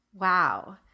Wow